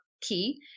key